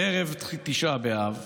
ערב תשעה באב: